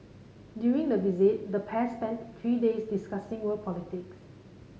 during the visit the pair spent three days discussing world politics